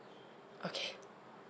okay